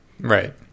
Right